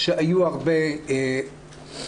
שחסרו הרבה תשובות,